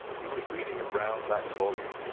he was reading a brown-backed volume,